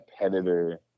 competitor –